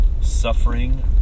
Suffering